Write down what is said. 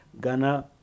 Ghana